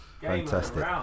Fantastic